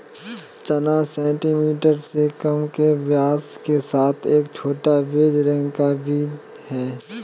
चना सेंटीमीटर से कम के व्यास के साथ एक छोटा, बेज रंग का बीन है